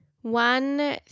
One